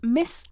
Miss